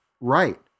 right